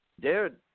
Dude